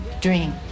dream